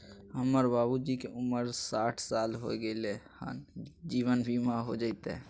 हमर बाबूजी के उमर साठ साल हो गैलई ह, जीवन बीमा हो जैतई?